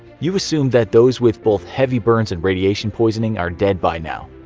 you assume that those with both heavy burns and radiation poisoning are dead by now.